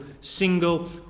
single